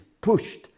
pushed